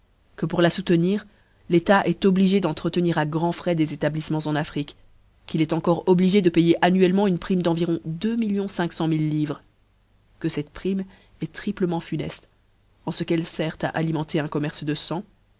que pour la soutenir l'etat eft obligé d'entrenir à grands frais des établiffemens en afrique qu'il eft encore obligé de payer annuellement une prime d'tnviron deux millions cinq cent mille livres que cette prime eft triplement funefte en ce qu'elle tèrt a alimenter un commerce de fang